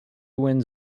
wins